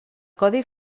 codi